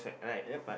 yup